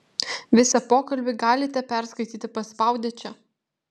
visą pokalbį galite perskaityti paspaudę čia